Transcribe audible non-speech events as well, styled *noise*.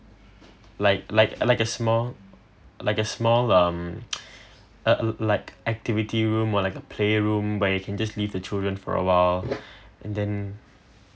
like like like a small like a small um ah uh like activity room or like a play room where you can just leave the children for awhile *breath* and then